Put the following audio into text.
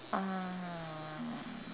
uh